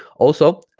also